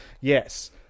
Yes